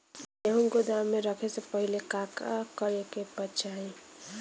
गेहु गोदाम मे रखे से पहिले का का करे के चाही?